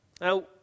Now